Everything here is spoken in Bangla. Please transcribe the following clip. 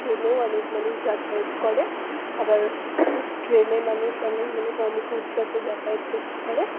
ট্রেনেও অনেক মানুষ যাতায়াত করে আবার ট্রেনে মানুষ অনেক মানে কম খরচাতে যাতায়াত করতে পারে